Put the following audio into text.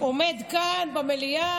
חברת הכנסת מירב כהן,